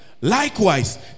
Likewise